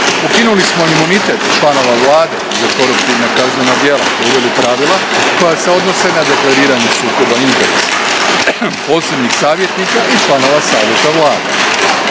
Ukinuli smo imunitet članova Vlade za koruptivna kaznena dijela te uveli pravila koja se odnose na deklariranje sukoba interesa posebnih savjetnike i članova savjeta Vlade.